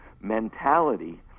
mentality